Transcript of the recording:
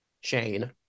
Shane